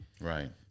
Right